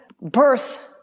birth